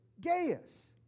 Gaius